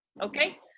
Okay